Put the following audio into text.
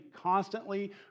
constantly